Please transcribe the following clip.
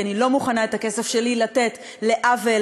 כי אני לא מוכנה את הכסף שלי לתת לעוול